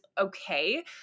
okay